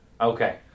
Okay